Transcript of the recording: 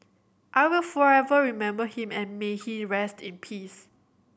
I will forever remember him and may he rest in peace